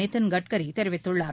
நிதின் கட்கரி தெரிவித்துள்ளார்